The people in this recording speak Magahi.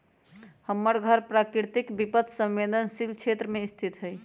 हमर घर प्राकृतिक विपत संवेदनशील क्षेत्र में स्थित हइ